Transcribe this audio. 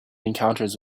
encounters